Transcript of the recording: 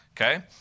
Okay